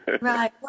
Right